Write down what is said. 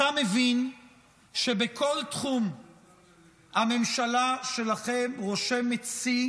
אתה מבין שבכל תחום הממשלה שלכם רושמת שיא